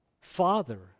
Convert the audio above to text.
Father